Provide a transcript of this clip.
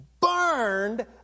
burned